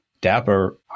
dapper